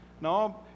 No